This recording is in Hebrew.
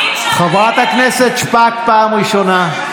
חברת הכנסת שפק, פעם ראשונה.